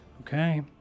Okay